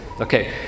Okay